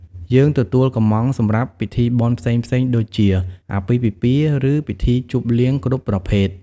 យើងទទួលកម្ម៉ង់សម្រាប់ពិធីបុណ្យផ្សេងៗ ដូចជា អាពាហ៍ពិពាហ៍ ឬពិធីជប់លៀងគ្រប់ប្រភេទ។